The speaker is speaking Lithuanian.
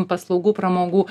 paslaugų pramogų